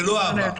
שלא עבר.